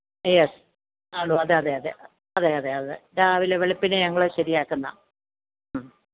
yes അതോ അതെ അതെ അതെ അതെ അതെ അതെ രാവിലെ വെളുപ്പിനെ ഞങ്ങൾ ശരിയാക്കുന്നാ മ്